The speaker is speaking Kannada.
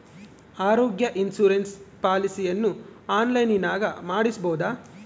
ಆರೋಗ್ಯ ಇನ್ಸುರೆನ್ಸ್ ಪಾಲಿಸಿಯನ್ನು ಆನ್ಲೈನಿನಾಗ ಮಾಡಿಸ್ಬೋದ?